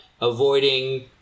avoiding